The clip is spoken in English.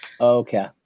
Okay